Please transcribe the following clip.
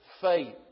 faith